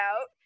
out